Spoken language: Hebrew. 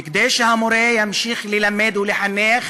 וכדי שהמורה ימשיך ללמד ולחנך